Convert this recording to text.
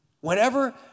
Whenever